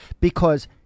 because-